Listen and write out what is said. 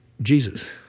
Jesus